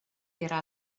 era